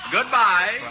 Goodbye